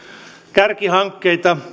kärkihankkeita